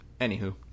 anywho